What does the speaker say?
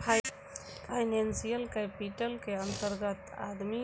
financial capital के अंतर्गत आदमी